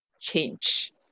change